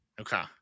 okay